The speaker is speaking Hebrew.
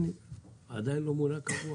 עדיין לא מונה קבוע?